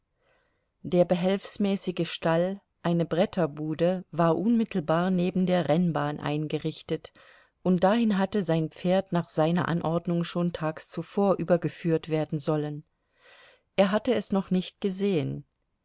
der behelfsmäßige stall eine bretterbude war unmittelbar neben der rennbahn eingerichtet und dahin hatte sein pferd nach seiner anordnung schon tags zuvor übergeführt werden sollen er hatte es noch nicht gesehen